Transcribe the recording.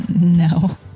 No